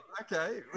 Okay